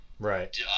Right